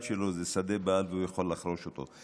שלו זה שדה בר והוא יכול לחרוש אותו.